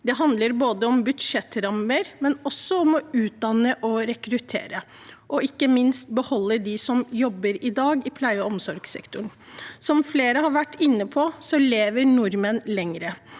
Det handler om budsjettrammer, men også om å utdanne og rekruttere, og ikke minst om å beholde dem som i dag jobber i pleie- og omsorgssektoren. Som flere har vært inne på, lever nordmenn lenger.